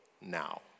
now